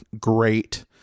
great